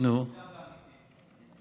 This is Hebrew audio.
אמרת על הדוכן, אחי.